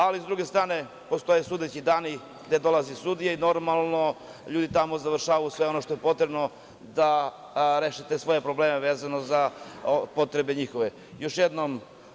Sa druge strane, postoje sudeći dani gde dolazi sudija i normalno, ljudi tamo završavaju sve ono što je potrebno da rešite svoje probleme vezano za njihove potrebe.